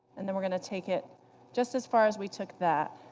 and then we're going to take it just as far as we took that.